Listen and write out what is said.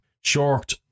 short